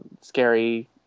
scary